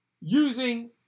using